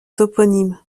toponyme